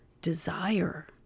desire